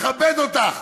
לכבד אותך,